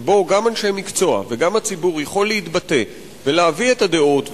שבו גם אנשי מקצוע וגם הציבור יכולים להתבטא ולהביא את הדעות,